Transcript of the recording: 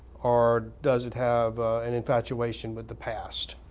or does it have an infatuation with the past?